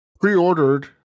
pre-ordered